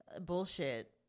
bullshit